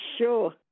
sure